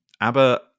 ABBA